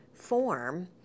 form